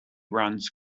runs